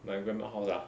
my grandma house ah